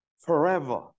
forever